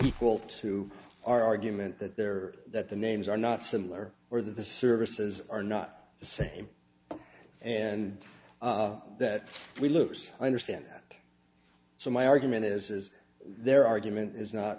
equal to our argument that there are that the names are not similar or the services are not the same and that we loose understand that so my argument is their argument is not